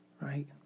right